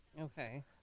okay